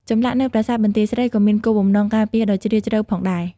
ចម្លាក់នៅប្រាសាទបន្ទាយស្រីក៏មានគោលបំណងការពារដ៏ជ្រាលជ្រៅផងដែរ។